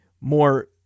more